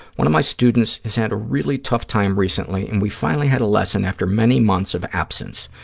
one of my students has had a really tough time recently and we finally had a lesson after many months of absence.